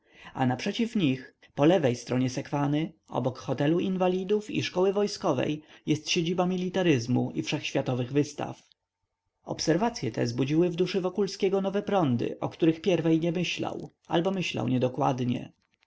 a naprzeciw nich polewej stronie sekwany obok hotelu inwalidów i szkoły wojskowej jest siedziba militaryzmu i wszechświatowych wystaw obserwacye te zbudziły w duszy wokulskiego nowe prądy o których pierwiej nie myślał albo myślał niedokładnie